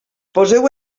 poseu